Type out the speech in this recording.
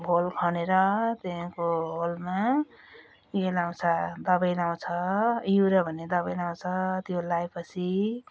whole खनेर त्यहाँको होलमा यो लगाउँछ दबाई लगाउँछ युरिया भन्ने दबाई लगाउँछ त्यो लगाए पछि